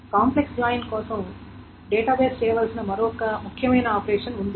complex join కోసం database చేయవలసిన మరొక ముఖ్యమైన ఆపరేషన్ ఉంది